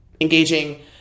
engaging